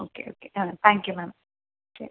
okay okay ആ thank you ma'am ശരി